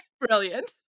brilliant